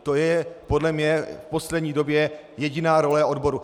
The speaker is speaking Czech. To je podle mě v poslední době jediná role odborů.